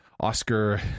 oscar